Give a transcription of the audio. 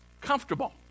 comfortable